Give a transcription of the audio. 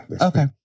Okay